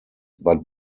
but